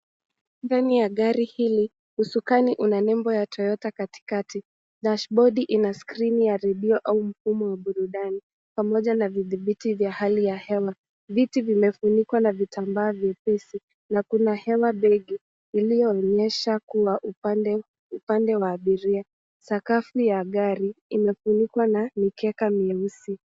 Ndani ya gari hili, usukani una nembo ya toyota katikati. Dashibodi ina skrini ya redio au mfumo wa burudani pamoja na vidhibiti vya hali ya hewa. Viti vimefunikwa na vitambaa vyepesi na kuna hewa beige iliyoonyesha kuwa upande wa abiria. Sakafu ya gari imefunikwa na mikeka mieusi.